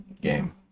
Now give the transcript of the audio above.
game